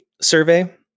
survey